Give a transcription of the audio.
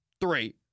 three